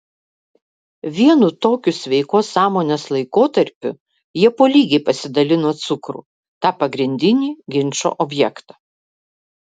vienu tokiu sveikos sąmonės laikotarpiu jie po lygiai pasidalino cukrų tą pagrindinį ginčo objektą